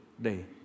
day